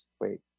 wait